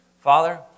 Father